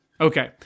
Okay